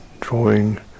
drawing